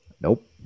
nope